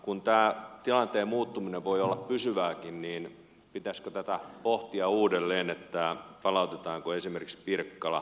kun tämä tilanteen muuttuminen voi olla pysyvääkin niin pitäisikö tätä pohtia uudelleen että palautetaanko esimerkiksi pirkkala